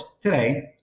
Today